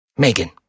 Megan